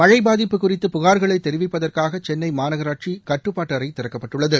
மழை பாதிப்பு குறித்து புகார்களை தெரிவிப்பதற்காக சென்னை மாநகராட்சி கட்டுப்பாட்டு அறை திறக்கப்பட்டுள்ளது